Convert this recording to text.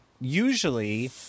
usually